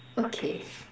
okay